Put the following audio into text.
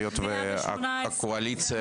היות שהקואליציה